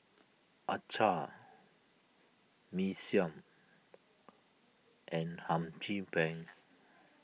Acar Mee Siam and Hum Chim Peng